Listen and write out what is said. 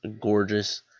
gorgeous